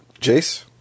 Jace